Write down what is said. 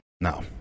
No